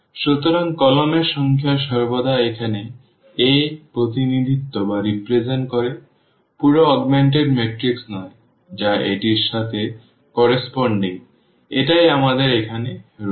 সুতরাং কলাম এর সংখ্যা সর্বদা এখানে A প্রতিনিধিত্ব করে পুরো অগমেন্টেড ম্যাট্রিক্স নয় যা এটির সাথে সামঞ্জস্যপূর্ণ এটাই আমাদের এখানে রয়েছে